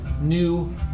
new